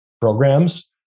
programs